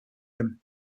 him